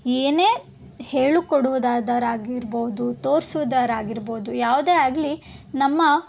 ಏನೇ ಹೇಳಿಕೊಡುವುದಾದರಾಗಿರ್ಬೋದು ತೋರ್ಸೋದರಾಗಿರ್ಬೋದು ಯಾವುದೇ ಆಗಲಿ ನಮ್ಮ